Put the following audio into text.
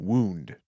Wound